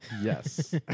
Yes